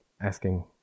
asking